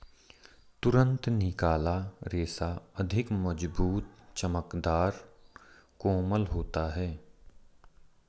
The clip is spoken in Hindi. तुरंत निकाला रेशा अधिक मज़बूत, चमकदर, कोमल होता है